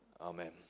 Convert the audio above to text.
Amen